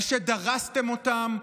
שדרסתם אותם?